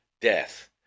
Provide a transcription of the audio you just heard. death